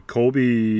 Colby